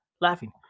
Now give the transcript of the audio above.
laughing